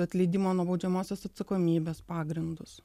atleidimo nuo baudžiamosios atsakomybės pagrindus